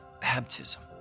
baptism